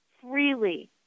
freely